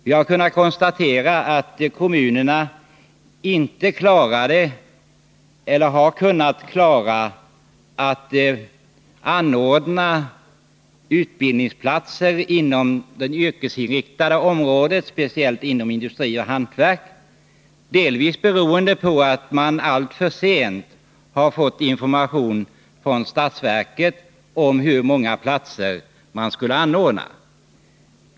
Vi har konstaterat att kommunerna inte har kunnat skapa utbildningsplatser inom det yrkesinriktade området, speciellt inom industri och hantverk, delvis beroende på att man alltför sent har fått information från statsverket om hur många platser man skulle inrätta.